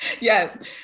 Yes